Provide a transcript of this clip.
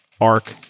arc